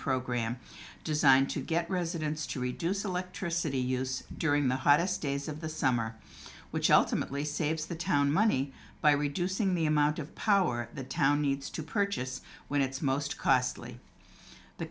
program designed to get residents to reduce electricity use during the hottest days of the summer which ultimately saves the town money by reducing the amount of power the town needs to purchase when it's most costly the